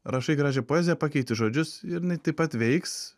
rašai gražią poeziją pakeiti žodžius ir jinai taip pat veiks